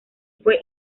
fue